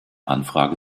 anfrage